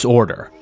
order